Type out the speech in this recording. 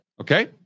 okay